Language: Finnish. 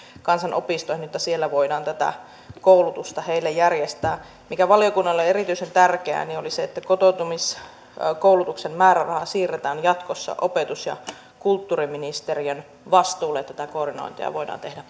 kansanopistoihin jotta siellä voidaan tätä koulutusta heille järjestää se mikä valiokunnalle oli erityisen tärkeää oli se että kotoutumiskoulutuksen määräraha siirretään jatkossa opetus ja kulttuuriministeriön vastuulle niin että tätä koordinointia voidaan tehdä